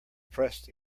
pressed